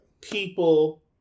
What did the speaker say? people